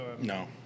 No